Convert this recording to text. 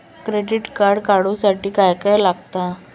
Credit card काढूसाठी काय काय लागत?